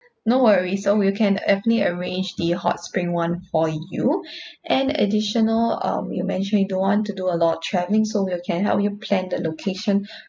no worries so we can definitely arrange the hot spring one for you and additional um you mentioned you don't want to do a lot of travelling so we can help you plan the location